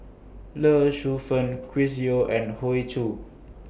Lee Shu Fen Chris Yeo and Hoey Choo